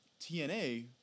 TNA